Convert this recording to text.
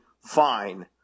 fine